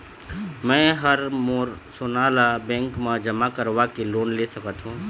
मैं हर मोर सोना ला बैंक म जमा करवाके लोन ले सकत हो?